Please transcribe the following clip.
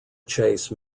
chase